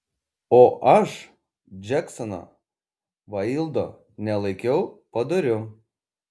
o aš džeksono vaildo nelaikiau padoriu